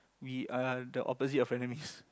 we are the opposite of friend enemies